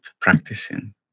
practicing